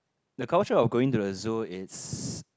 the culture of going to the zoo is